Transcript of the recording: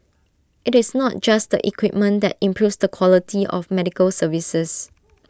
IT is not just the equipment that improves the quality of medical services